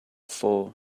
for